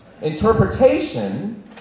Interpretation